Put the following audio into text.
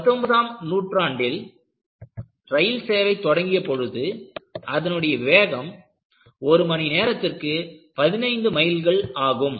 19ம் நூற்றாண்டில் ரயில் சேவை தொடங்கிய பொழுது அதனுடைய வேகம் ஒரு மணி நேரத்திற்கு 15 மைல்களாகும்